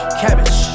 cabbage